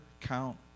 count